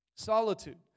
Solitude